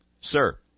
Sir